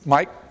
Mike